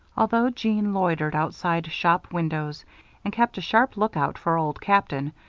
although jeanne loitered outside shop windows and kept a sharp lookout for old captain,